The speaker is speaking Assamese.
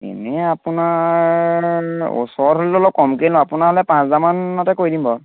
এনেই আপোনাৰ ওচৰত হ'লেতো অলপ কমকৈয়ে লওঁ আপোনালৈ পাঁচ হেজাৰমানতে কৰি দিম বাৰু